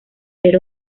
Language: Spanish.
era